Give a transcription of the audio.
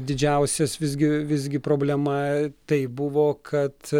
didžiausias visgi visgi problema tai buvo kad